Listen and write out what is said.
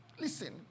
Listen